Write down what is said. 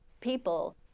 people